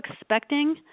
expecting